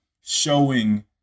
showing